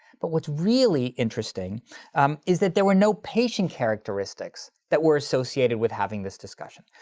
but what's really interesting is that there were no patient characteristics that were associated with having this discussion.